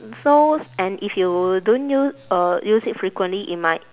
so s~ and if you don't u~ uh use it frequently it might